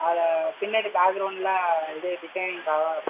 அதில் பின்னாடி பேக்ரவுண்ட்டில் இது டிசைனுக்காவ பூ